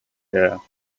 care